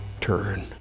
turn